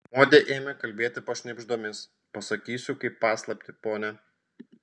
modė ėmė kalbėti pašnibždomis pasakysiu kaip paslaptį pone